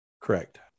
Correct